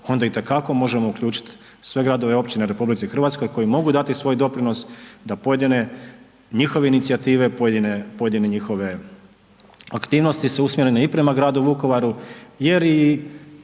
onda itekako možemo uključit sve gradove i općine u RH koji mogu dati svoj doprinos da pojedine njihove inicijative, pojedine, pojedine njihove su usmjerene i prema gradu Vukovaru jer i